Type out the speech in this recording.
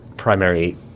primary